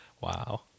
Wow